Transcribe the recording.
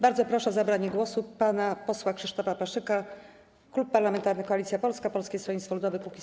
Bardzo proszę o zabranie głosu pana posła Krzysztofa Paszyka, Klub Parlamentarny Koalicja Polska - Polskie Stronnictwo Ludowe - Kukiz15.